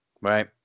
right